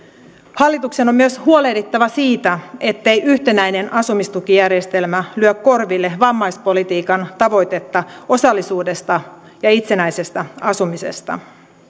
hallituksen on myös huolehdittava siitä ettei yhtenäinen asumistukijärjestelmä lyö korville vammaispolitiikan tavoitetta osallisuudesta ja itsenäisestä asumisesta